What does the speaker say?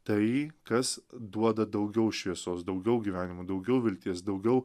tai kas duoda daugiau šviesos daugiau gyvenimo daugiau vilties daugiau